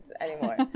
anymore